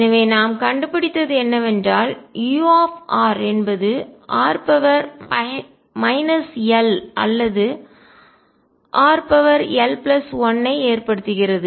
எனவே நாம் கண்டுபிடித்தது என்னவென்றால் u என்பது r l அல்லது rl1ஐ ஏற்படுத்துகிறது